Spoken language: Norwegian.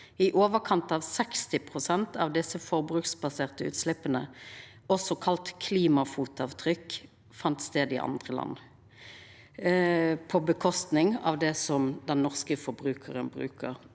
I overkant av 60 pst. av desse forbruksbaserte utsleppa, også kalla klimafotavtrykk, fann stad i andre land, på kostnad av det den norske forbrukaren brukar.